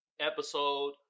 episode